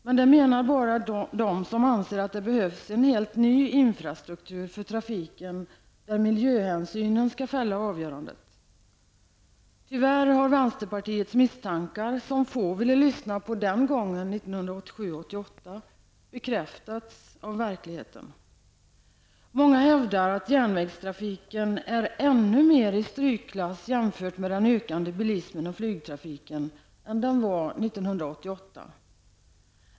Men det menar bara de som anser att det behövs en helt ny infrastruktur för trafiken, där miljöhänsynen måste vara avgörande. Tyvärr har de misstankar som vi i vänsterpartiet hade -- det var få som ville lyssna på oss -- 1987/88 bekräftats av verkligheten. Många hävdar att järnvägstrafiken, jämfört med den ökande bilismen och flygtrafiken, nu är ännu mer i strykklass än den var 1988.